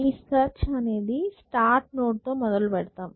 ఈ సెర్చ్ అనేది start node తో మొదలుపెడతాం